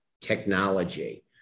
technology